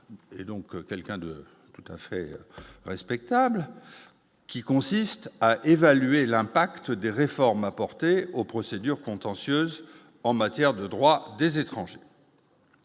et donc quelqu'un de tout à fait respectable qui consiste à évaluer l'impact des réformes apportées aux procédures contentieuses en matière de droit des étrangers,